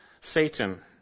Satan